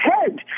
head